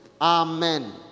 Amen